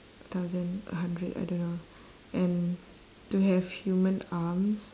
a thousand a hundred I don't know and to have human arms